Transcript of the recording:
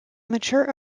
mature